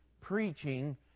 preaching